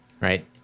right